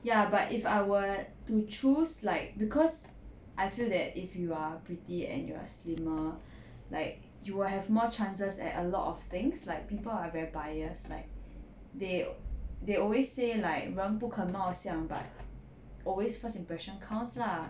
ya but if I were to choose like cause I feel that if you are pretty and you are slimmer like you will have more chances at a lot of things like people are very biased like they they always say like 人不可貌相 but always first impression counts lah